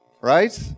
Right